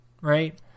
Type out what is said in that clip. right